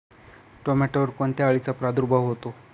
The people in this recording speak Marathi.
टोमॅटोवर कोणत्या अळीचा प्रादुर्भाव होतो?